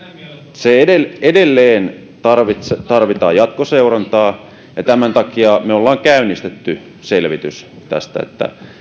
edelleen tarvitaan tarvitaan jatkoseurantaa ja tämän takia me olemme käynnistäneet selvityksen tästä